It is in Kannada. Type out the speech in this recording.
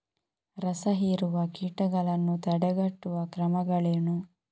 ರಸಹೀರುವ ಕೀಟಗಳನ್ನು ತಡೆಗಟ್ಟುವ ಕ್ರಮಗಳೇನು?